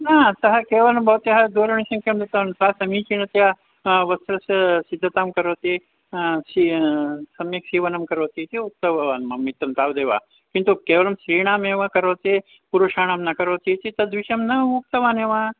न सः केवलं भवत्याः दूरवाणीसङ्ख्यां दत्तवान् स समीचीनतया वस्त्रस्य सिद्धतां करोति सी सम्यक् सीवनं करोति इति उक्तवान् मम मित्रं तावदेव किन्तु केवलं स्त्रीणामेव करोति पुरुषाणां न करोति इति तद्विषयं न उक्तवान् एव